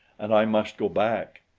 and i must go back.